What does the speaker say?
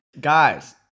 Guys